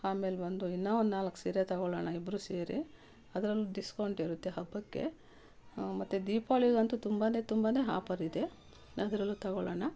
ಆಮೇಲ್ ಬಂದು ಇನ್ನು ಒಂದು ನಾಲ್ಕು ಸೀರೆ ತಗೊಳೊಣ ಇಬ್ಬರೂ ಸೇರಿ ಅದರಲ್ಲು ಡಿಸ್ಕೌಂಟ್ ಇರುತ್ತೆ ಹಬ್ಬಕ್ಕೆ ಮತ್ತು ದೀಪಾವಳಿಗಂತು ತುಂಬಾ ತುಂಬಾ ಆಫರಿದೆ ಅದರಲ್ಲೂ ತಗೊಳೊಣ